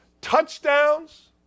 Touchdowns